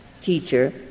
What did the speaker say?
teacher